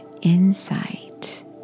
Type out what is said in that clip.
insight